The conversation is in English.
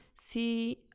see